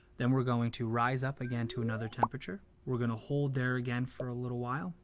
then we're going to riseup again to another temperature. we're gonna hold there again for a little while.